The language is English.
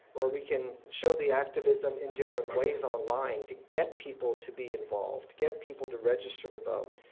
or we can show the activism in different ways online to get people to be involved, to get people to register to vote.